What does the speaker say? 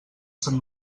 sant